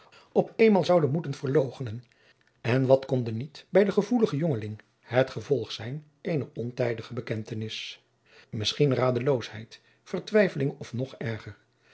op eenmaal zoude moeten verloochenen jacob van lennep de pleegzoon en wat konde niet bij den gevoeligen jongeling het gevolg zijn eener ontijdige bekentenis misschien radeloosheid vertwijfeling of nog erger